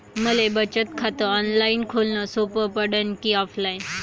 मले बचत खात ऑनलाईन खोलन सोपं पडन की ऑफलाईन?